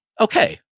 okay